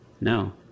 No